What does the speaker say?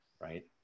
right